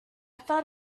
thought